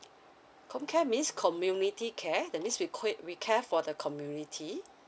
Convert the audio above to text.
comcare means community care that means we quit we care for the community